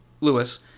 Lewis